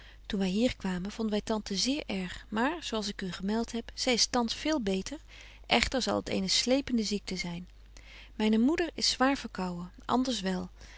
toen wy hier kwamen vonden wy tante zeer erg maar zo als ik u gemelt heb zy is thans veel beter echter zal het eene slepende ziekte zyn myne moeder is zwaar verkouwen anders wel